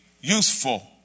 useful